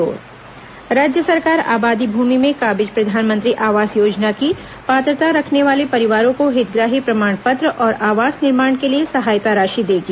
मंत्रिपरिषद निर्णय राज्य सरकार आबादी भूमि में काबिज प्रधानमंत्री आवास योजना की पात्रता रखने वाले परिवारों को हितग्राही प्रमाण पत्र और आवास निर्माण के लिए सहायता राशि देगी